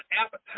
appetite